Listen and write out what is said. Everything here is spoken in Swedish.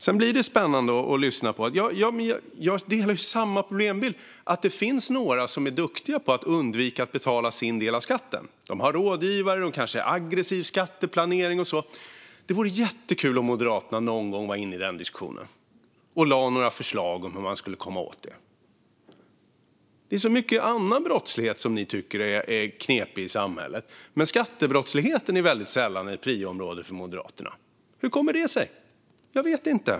Jag delar samma problembild när det gäller att det finns några som är duktiga på att undvika att betala sin del av skatten. De har rådgivare och ägnar sig kanske åt aggressiv skatteplanering och så. Det vore jättekul om Moderaterna någon gång var inne i den diskussionen och lade några förslag om hur man skulle komma åt det. Det är så mycket annan brottslighet i samhället som ni tycker är knepig, men skattebrottsligheten är väldigt sällan ett prioriterat område för Moderaterna. Hur kommer det sig? Jag vet inte.